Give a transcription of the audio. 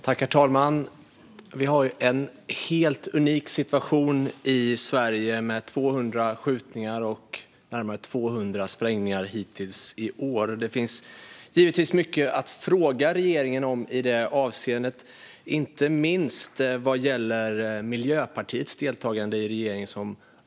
Herr talman! Vi har en helt unik situation i Sverige med 200 skjutningar och närmare 200 sprängningar hittills i år. Det finns givetvis mycket att fråga regeringen om avseende det, inte minst vad gäller Miljöpartiets deltagande i regeringen.